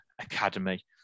academy